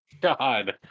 God